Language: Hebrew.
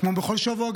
כמו בכל שבוע,